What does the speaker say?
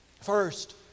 First